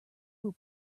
will